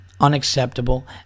Unacceptable